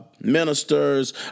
Ministers